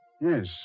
yes